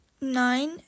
nine